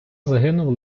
загинув